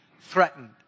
threatened